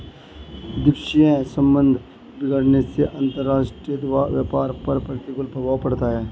द्विपक्षीय संबंध बिगड़ने से अंतरराष्ट्रीय व्यापार पर प्रतिकूल प्रभाव पड़ता है